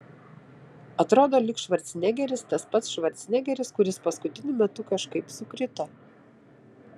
atrodo lyg švarcnegeris tas pats švarcnegeris kuris paskutiniu metu kažkaip sukrito